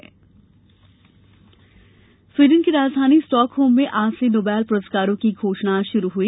Nobel पुरस्कार Sweden की राजधानी स्टॉकहोम में आज से नोबेल पुरस्कारों की घोषणा शुरू हुई